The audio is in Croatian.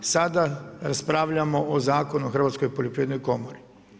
Sada raspravljamo o Zakonu o Hrvatskoj poljoprivrednoj komori.